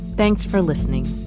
thanks for listening